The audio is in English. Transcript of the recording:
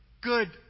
good